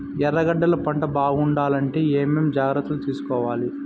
ఎర్రగడ్డలు పంట బాగుండాలంటే ఏమేమి జాగ్రత్తలు తీసుకొవాలి?